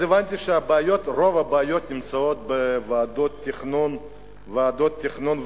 אז הבנתי שרוב הבעיות נמצאות בוועדות התכנון והבנייה.